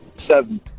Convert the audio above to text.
seven